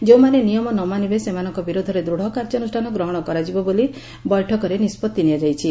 ଯେଉଁମାନେ ନିୟମ ନ ମାନିବେ ସେମାନଙ୍କ ବିରୋଧରେ ଦୃଢ଼ କାର୍ଯ୍ୟାନୁଷ୍ଠାନ ଗ୍ରହଶ କରାଯିବ ବୋଲି ବୈଠକରେ ନିଷ୍ବଭି ନିଆଯାଇଛି